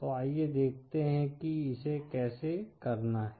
तो आइये देखते हैं कि इसे कैसे करना है